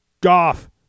Goff